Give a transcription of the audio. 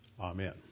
Amen